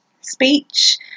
speech